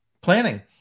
Planning